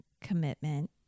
commitment